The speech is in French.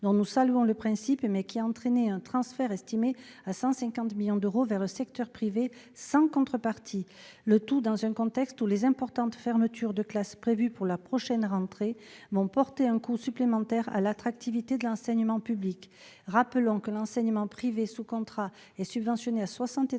dont nous saluons le principe, mais qui a entraîné un transfert estimé à 150 millions d'euros vers le secteur privé sans contrepartie. Et cela dans un contexte où les importantes fermetures de classes prévues pour la rentrée prochaine vont porter un coup supplémentaire à l'attractivité de l'enseignement public ... Rappelons que l'enseignement privé sous contrat est subventionné à 73